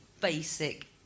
basic